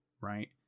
right